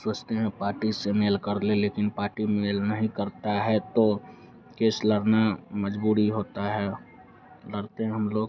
सोचते हैं पाटी से मिलकर लें लेकिन पाटी मेल नहीं करती है तो केस लड़ना मजबूरी होती है लड़ते हैं हम लोग